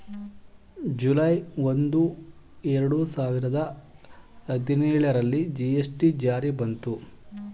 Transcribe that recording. July ಒಂದು, ಎರಡು ಸಾವಿರದ ಹದಿನೇಳರಲ್ಲಿ ಜಿ.ಎಸ್.ಟಿ ಜಾರಿ ಬಂತು